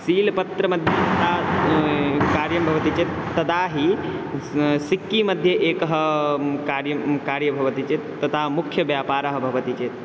शीलपत्रं कार्यं भवति चेत् तदाहि सिक्किमध्ये एकं कार्यं कार्यं भवति चेत् तदा मुख्यः व्यापारः भवति चेत्